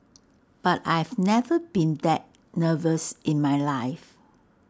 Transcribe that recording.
but I've never been that nervous in my life